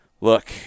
Look